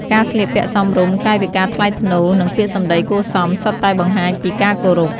ការស្លៀកពាក់សមរម្យ កាយវិការថ្លៃថ្នូរ និងពាក្យសម្ដីគួរសមសុទ្ធតែបង្ហាញពីការគោរព។